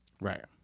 Right